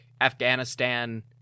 Afghanistan